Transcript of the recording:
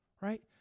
right